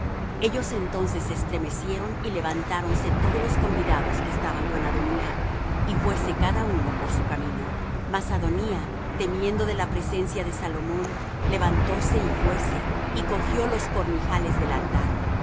ellos entonces se estremecieron y levantáronse todos los convidados que estaban con adonía y fuése cada uno por su camino mas adonía temiendo de la presencia de salomón levantóse y fuése y cogió los cornijales del altar